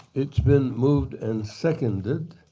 it's been moved and seconded.